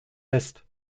west